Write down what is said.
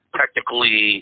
technically